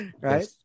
right